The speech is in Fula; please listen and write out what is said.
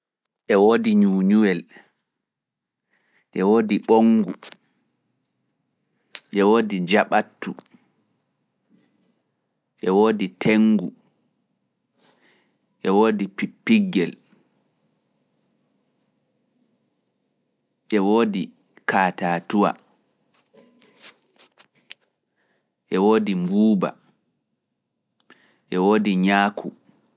E woodi ɲuuñuwel, ɗe woodi ɓoŋngu, ɗe woodi jaɓatu, ɗe woodi tenngu, ɗe woodi piɓɓiggel, ɗe woodi kaatatuwa, ɗe woodi mbuuba, ɗe woodi ñaaku.